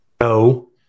No